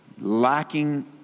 Lacking